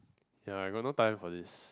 ya got no time for this